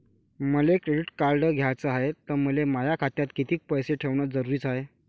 मले credit card घ्याचं हाय, त मले माया खात्यात कितीक पैसे ठेवणं जरुरीच हाय?